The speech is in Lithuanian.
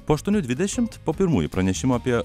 po aštuonių dvidešimt po pirmųjų pranešimų apie